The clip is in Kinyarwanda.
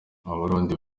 abarundi